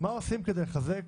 מה עושים כדי לחזק